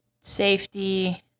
Safety